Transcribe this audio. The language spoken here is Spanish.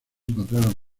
encontraron